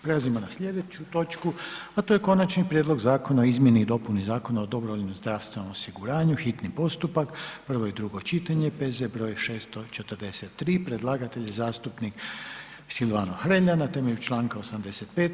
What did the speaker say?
Prelazimo na sljedeću točku, a to je: - Konačni prijedlog Zakona o izmjeni i dopuni Zakona o dobrovoljnom zdravstvenom osiguranju, hitni postupak, prvo i drugo čitanje, P.Z. br. 643 Predlagatelj je zastupnik Silvano Hrelja na temelju čl. 85.